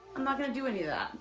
i'm not gonna do any of that,